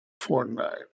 fortnight